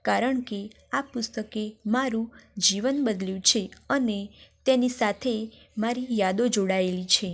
કારણ કે આ પુસ્તકે મારું જીવન બદલ્યું છે અને તેની સાથે મારી યાદો જોડાયેલી છે